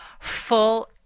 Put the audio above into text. full